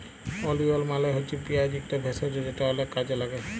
ওলিয়ল মালে হছে পিয়াঁজ ইকট ভেষজ যেট অলেক কাজে ল্যাগে